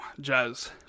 jazz